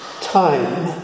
time